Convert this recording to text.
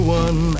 one